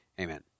Amen